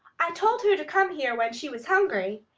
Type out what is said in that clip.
i told her to come here when she was hungry,